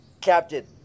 Captain